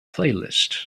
playlist